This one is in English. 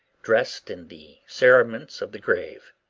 dressed in the cerements of the grave.